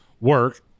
work